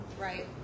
Right